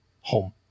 home